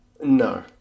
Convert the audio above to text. No